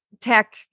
tech